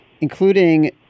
including